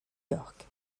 york